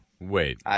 Wait